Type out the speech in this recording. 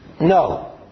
no